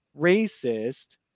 racist